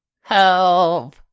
help